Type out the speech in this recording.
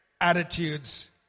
attitudes